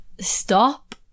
stop